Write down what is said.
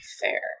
Fair